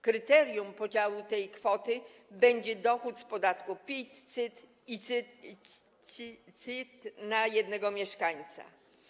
Kryterium podziału tej kwoty będzie dochód z podatku PIT i CIT na jednego mieszkańca.